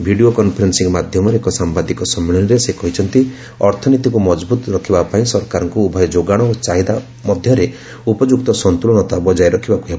video conferencing ମାଧ୍ୟମରେ ଏକ ସାମ୍ବାଦିକ ସମ୍ମିଳନୀରେ ସେ କହିଛନ୍ତି ଅର୍ଥନୀତିକୁ ମଜବୁତ ରଖିବା ପାଇଁ ସରକାରଙ୍କୁ ଉଭୟ ଯୋଗାଣ ଓ ଚାହିଦା ମଧ୍ୟରେ ଉପଯୁକ୍ତ ସନ୍ତୁଳନତା ବଜାୟ ରଖିବାକୁ ହେବ